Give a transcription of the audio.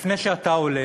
לפני שאתה עולה,